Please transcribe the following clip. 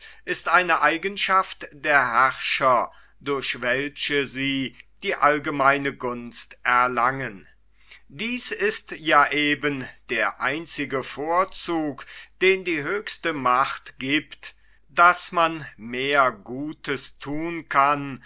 ist eine eigenschaft der herrscher durch welche sie die allgemeine gunst erlangen dies ist ja eben der einzige vorzug den die höchste macht giebt daß man mehr gutes thun kann